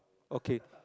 okay